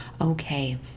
okay